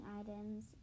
items